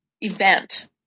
event